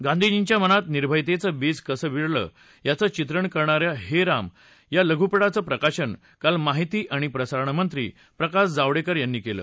गांधीजींच्या मनात निर्भयतेचं बीज कसं पडलं याचं चित्रण करणा या हे राम या लघुपटाचं प्रकाशन काल माहिती आणि प्रसारण मंत्री प्रकाश जावडेकर यांनी केलं